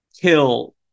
kill